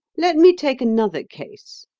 let me take another case.